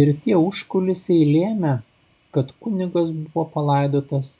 ir tie užkulisiai lėmė kad kunigas buvo palaidotas